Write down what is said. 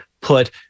put